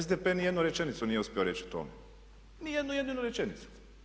SDP ni jednu rečenicu nije uspio reći o tome, ni jednu jedinu rečenicu.